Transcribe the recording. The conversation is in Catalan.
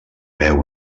veu